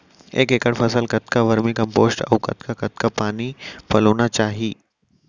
एक एकड़ फसल कतका वर्मीकम्पोस्ट अऊ कतका कतका पानी पलोना चाही?